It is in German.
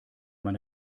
man